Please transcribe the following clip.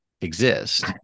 exist